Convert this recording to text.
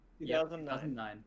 2009